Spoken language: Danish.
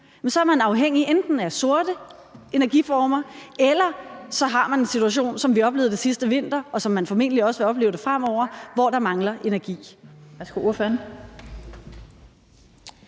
så er man afhængig af enten sorte energiformer, eller så har man en situation, som vi oplevede det sidste vinter, og som man formentlig også vil opleve det fremover, hvor der mangler energi.